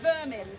vermin